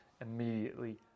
immediately